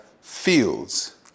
fields